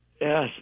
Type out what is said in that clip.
Yes